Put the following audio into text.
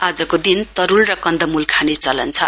आजको दिन तरूल र कन्दम्ल खाने चलन छ